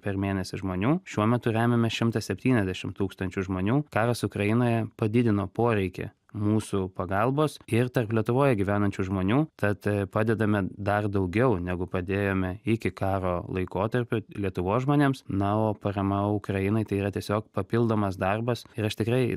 per mėnesį žmonių šiuo metu remiame šimtą septyniasdešim tūkstančių žmonių karas ukrainoje padidino poreikį mūsų pagalbos ir tarp lietuvoje gyvenančių žmonių tad padedame dar daugiau negu padėjome iki karo laikotarpio lietuvos žmonėms na o parama ukrainai tai yra tiesiog papildomas darbas ir aš tikrai